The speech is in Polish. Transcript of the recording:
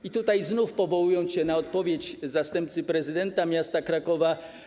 I tutaj znów powołam się na odpowiedź zastępcy prezydenta miasta Krakowa.